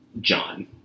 John